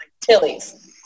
Tilly's